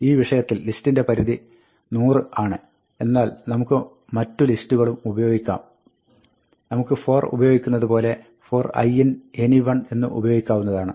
ഈ വിഷയത്തിൽ ലിസ്റ്റിന്റെ പരിധി 100 ആണ് എന്നാൽ നമുക്ക് മറ്റു ലിസ്റ്റുകളും ഉപയോഗിക്കാം നമുക്ക് for ഉപയോഗിക്കുന്നത് പോലെ for i in any one എന്ന് ഉപയോഗിക്കാവുന്നതാണ്